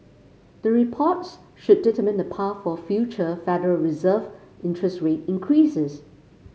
the reports should determine the path for future Federal Reserve interest rate increases